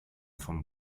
vom